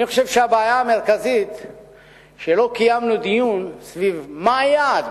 אני חושב שהבעיה המרכזית היא שלא קיימנו דיון סביב מה היעד,